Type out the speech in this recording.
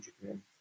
Japan